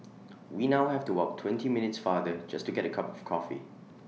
we now have to walk twenty minutes farther just to get A cup of coffee